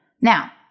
now